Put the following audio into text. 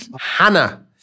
Hannah